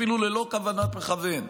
אפילו ללא כוונת מכוון,